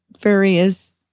various